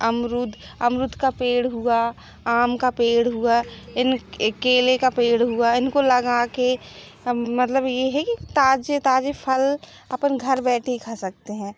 अमरूद अमरूद का पेड़ हुआ आम का पेड़ हुआ इन ए केले का पेड़ हुआ इनको लगाकर हम मतलब यह ही ताज़े ताज़े फल अपन घर बैठे ही खा सकते हैं